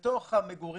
אני אדבר על זה עם השרה